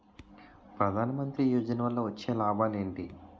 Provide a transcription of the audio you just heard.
ప్రధాన మంత్రి యోజన వల్ల వచ్చే లాభాలు ఎంటి?